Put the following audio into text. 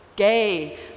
Gay